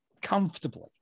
Comfortably